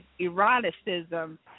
eroticism